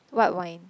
white wine